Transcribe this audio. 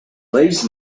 reis